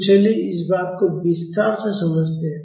तो चलिए इस बात को विस्तार से समझते हैं